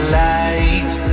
light